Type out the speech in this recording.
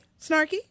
snarky